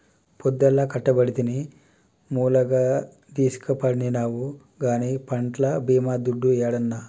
పొద్దల్లా కట్టబడితినని ములగదీస్కపండినావు గానీ పంట్ల బీమా దుడ్డు యేడన్నా